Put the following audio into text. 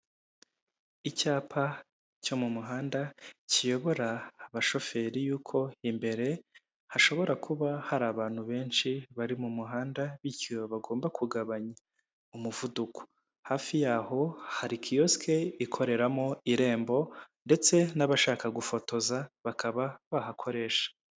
Icyapa cyo mu muhanda kiyobora abashoferi yuko imbere hashobora kuba hari abantu benshi bari mu muhanda bityo bagomba kugabanya umuvuduko hafi yaho hari kiyosike ikoreramo irembo ndetse n'abashaka gufotoza bakaba bahakoresha.